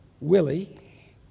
Willie